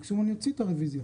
מקסימום אני אסיר את הרוויזיה.